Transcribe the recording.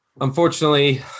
unfortunately –